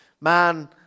man